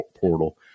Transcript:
portal